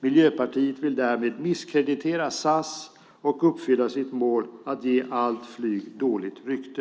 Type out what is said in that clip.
Miljöpartiet vill därmed misskreditera SAS och uppfylla sitt mål att ge allt flyg dåligt rykte.